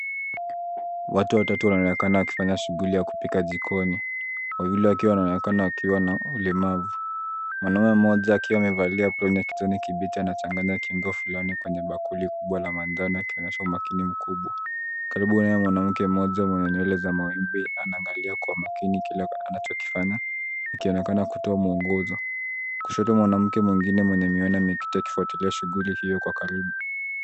Watu watatu wanaonekana wakifanya shughuli ya kupika jikoni; wawili wakiwa wanaonekana wakiwa na ulemavu. Mwanamume mmoja akiwa amevalia fulana ya kijani kibichi, anachanganya kiungo fulani kwenye bakuli kubwa la manjano akionyesha umakini mkubwa. Karibu nao mwanamke mmoja mwenye nywele za mawimbi anaangalia kwa makini kile anachokifanya akionekana kutoa mwongozo. Kushoto mwanamke mwingine mwenye miwani ameketi, akifuatilia shughuli hiyo kwa karibu.